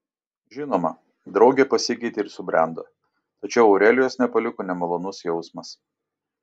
žinoma draugė pasikeitė ir subrendo tačiau aurelijos nepaliko nemalonus jausmas